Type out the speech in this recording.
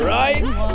right